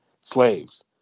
slaves